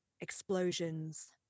explosions